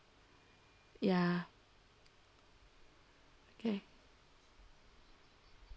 ya okay